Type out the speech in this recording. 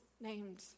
named